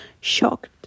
shocked